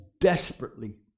desperately